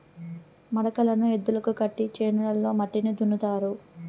మడకలను ఎద్దులకు కట్టి చేనులో మట్టిని దున్నుతారు